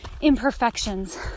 imperfections